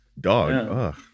Dog